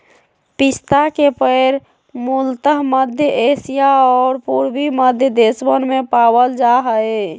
पिस्ता के पेड़ मूलतः मध्य एशिया और पूर्वी मध्य देशवन में पावल जा हई